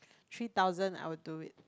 three thousand I will do it